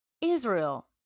Israel